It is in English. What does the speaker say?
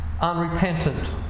unrepentant